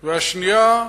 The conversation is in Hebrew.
והשנייה,